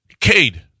Cade